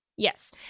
Yes